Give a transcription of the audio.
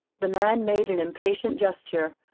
the man made an impatient gesture.